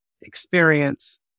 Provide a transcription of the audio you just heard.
experience